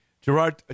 Gerard